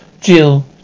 Jill